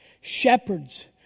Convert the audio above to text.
shepherds